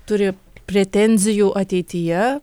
turi pretenzijų ateityje